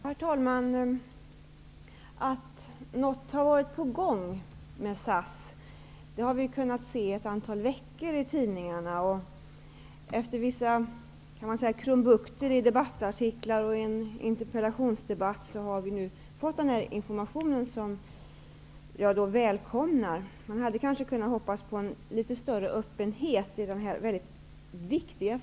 Herr talman! Vi har under ett antal veckor kunnat se i tidningarna att något har varit på gång med SAS. Efter vissa krumbukter i debattartiklar och i en interpellationsdebatt har vi nu fått en information som jag välkomnar. Man hade kunnat hoppas på en litet större öppenhet i denna viktiga fråga.